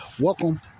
Welcome